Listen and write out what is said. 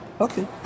Okay